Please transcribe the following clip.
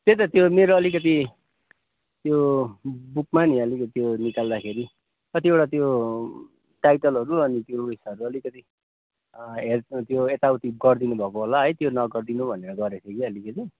त्यही त त्यो मेरो अलिकति त्यो बुकमा नि अलिकति त्यो निकाल्दाखेरि कतिवटा त्यो टाइटलहरू अनि त्यो उइसहरू अलिकति धेरथोर त्यो यताउति गरिदिनु भएको होला है त्यो नगरिदिनु भनेर गरेको थिएँ अलिकति